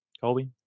Colby